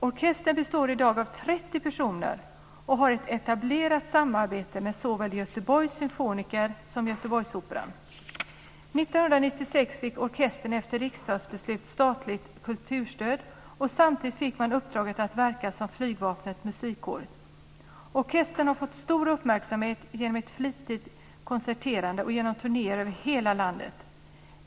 Orkestern består i dag av 30 personer och har ett etablerat samarbete med såväl Göteborgs Symfoniker som Göteborgsoperan. År 1996 fick orkestern efter riksdagsbeslut statligt kulturstöd, och samtidigt fick man uppdraget att verka som flygvapnets musikkår. Orkestern har fått stor uppmärksamhet genom ett flitigt konserterande och genom turnéer över hela landet.